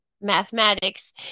mathematics